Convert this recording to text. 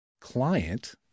client